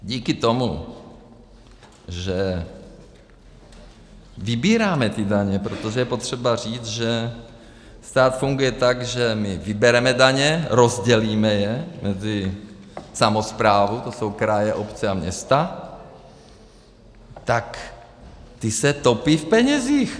Díky tomu, že vybíráme ty daně, protože je potřeba říct, že stát funguje tak, že my vybereme daně, rozdělíme je mezi samosprávu to jsou kraje, obce a města, tak ty se topí v penězích.